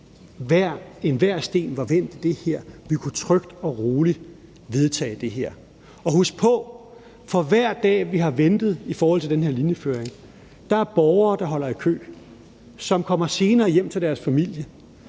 Enhver sten var vendt i det her; vi kunne trygt og roligt vedtage det her. Og husk på: For hver dag vi har ventet i forhold til den her linjeføring, er der borgere, der holder i kø, og som kommer senere hjem til deres familie.